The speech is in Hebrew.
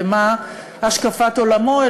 ומה השקפת עולמו,